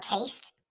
taste